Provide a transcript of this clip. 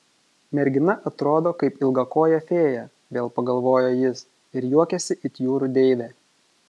mergina atrodo kaip ilgakojė fėja vėl pagalvojo jis ir juokiasi it jūrų deivė